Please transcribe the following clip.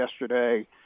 yesterday